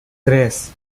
tres